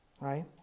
right